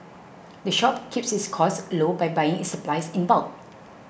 the shop keeps its costs low by buying its supplies in bulk